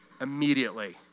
immediately